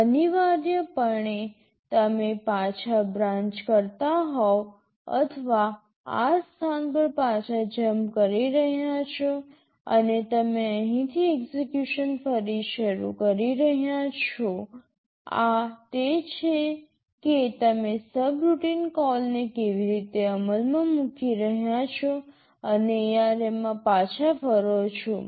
અનિવાર્યપણે તમે પાછા બ્રાન્ચ કરતાં હોવ અથવા આ સ્થાન પર પાછા જંપ કરી રહ્યા છો અને તમે અહીંથી એક્સેકયુશન ફરી શરૂ કરી રહ્યાં છો આ તે છે કે તમે સબરૂટીન કોલને કેવી રીતે અમલમાં મૂકી રહ્યા છો અને ARM માં પાછા ફરો છો